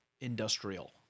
industrial